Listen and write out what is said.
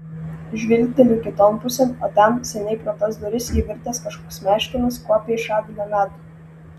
žvilgteliu kiton pusėn o ten seniai pro tas duris įvirtęs kažkoks meškinas kuopia iš avilio medų